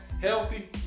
healthy